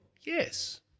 yes